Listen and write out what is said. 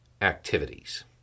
activities